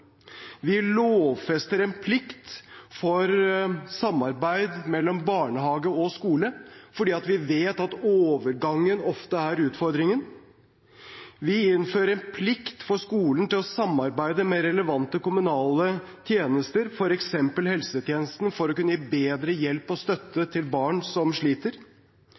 Vi lovfester en plikt til samarbeid mellom barnehage og skole, fordi vi vet at overgangen er utfordrende. Vi innfører en plikt for skolen til å samarbeide med relevante kommunale tjenester, f.eks. helsetjenestene, for å kunne gi bedre hjelp og støtte til barn som sliter.